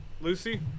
Lucy